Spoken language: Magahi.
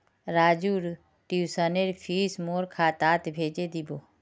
राजूर ट्यूशनेर फीस मोर खातात भेजे दीबो